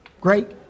great